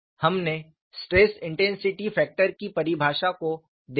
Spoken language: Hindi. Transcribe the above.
हमने स्ट्रेस इंटेंसिटी फैक्टर की परिभाषा को देखा है